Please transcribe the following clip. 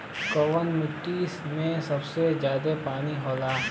कौन मिट्टी मे सबसे ज्यादा पानी होला?